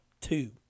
Two